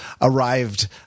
arrived